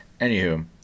Anywho